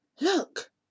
look